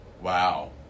Wow